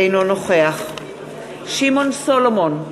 אינו נוכח שמעון סולומון,